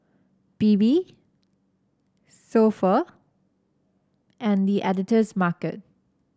Bebe So Pho and The Editor's Market